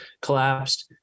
collapsed